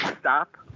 stop